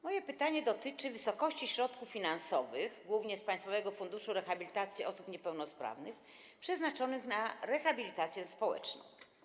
Moje pytanie dotyczy wysokości środków finansowych, głównie z Państwowego Funduszu Rehabilitacji Osób Niepełnosprawnych, przeznaczonych na rehabilitację społeczną.